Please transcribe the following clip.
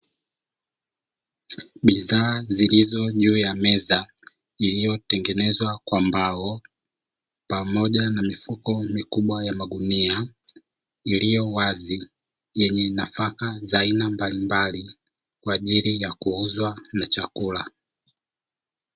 Bidhaa zilizo juu ya meza iliyotengenezwa kwa mbao pamoja na mifuko mikubwa ya magunia iliyowazi, yenye nafaka za aina mbalimbali kwa ajili ya kuuzwa na chakula.